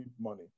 money